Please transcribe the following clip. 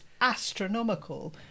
astronomical